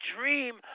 dream